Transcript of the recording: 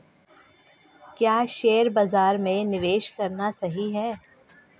क्या शेयर बाज़ार में निवेश करना सही है?